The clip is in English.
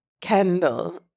Kendall